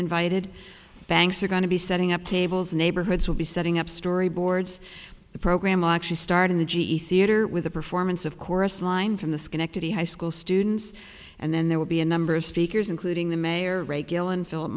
invited banks are going to be setting up tables neighborhoods will be setting up storyboards the program watches starting the g e theater with a performance of chorus line from the schenectady high school students and then there will be a number of speakers including the mayor ray killen philip